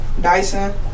Dyson